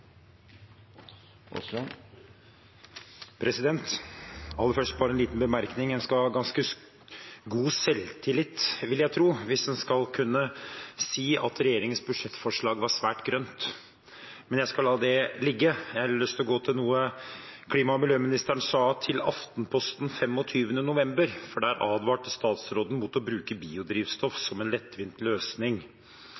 Aller først bare en liten bemerkning: En skal ha ganske god selvtillit, vil jeg tro, hvis en skal kunne si at regjeringens budsjettforslag var svært grønt. Men jeg skal la det ligge. Jeg har lyst til å gå til noe klima- og miljøministeren sa til Aftenposten den 25. november, for der advarte statsråden mot å bruke biodrivstoff